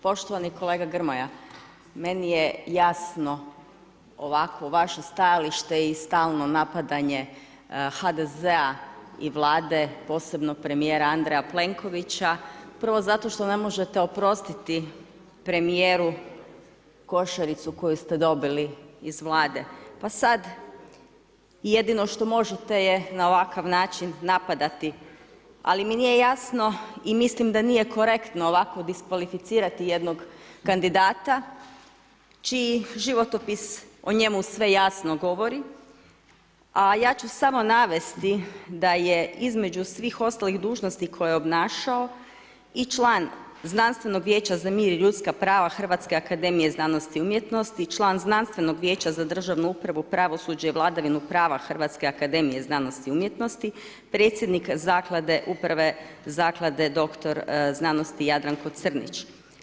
Poštovani kolega Grmoja, meni je jasno ovako vaše stajalište i stalno napadanje HDZ-a i Vlade, posebno premjera Andreja Plenkovića, prvo zato što ne možete oprostit premjeru košaricu koju ste dobili iz Vlade pa sad jedino što možete je na ovakav način napadati, ali mi nije jasno i mislim da nije korektno ovako diskvalificirati jednog kandidata, čiji životopis o njemu sve jasno govori, a ja ću samo navesti da je između svih ostalih dužnosti koje je obnašao, i član znanstvenog vijeća za mir i ljudska prava Hrvatske akademije znanosti i umjetnosti, i član znanstvenog vijeća za državnu upravu, pravosuđe i vladavinu prava Hrvatske akademije znanosti i umjetnosti, predsjednik zaklade uprave, Zaklade doktor znanosti Jadranko Crnić.